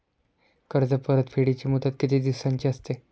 कर्ज परतफेडीची मुदत किती दिवसांची असते?